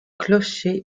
clocher